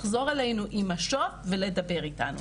לחזור אלינו עם משוב ולדבר איתנו.